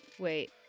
Wait